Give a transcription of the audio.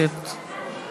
הצעת החוק לא התקבלה.